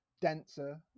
denser